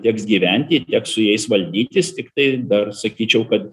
teks gyventi ir teks su jais valdytis tiktai dar sakyčiau kad